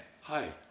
Hi